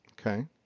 Okay